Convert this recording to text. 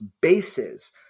bases